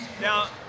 Now